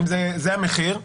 זה המחיר,